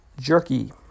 jerky